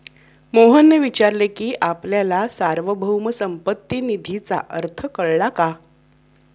मोहनने विचारले की आपल्याला सार्वभौम संपत्ती निधीचा अर्थ कळला का?